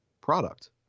product